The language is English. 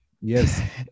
Yes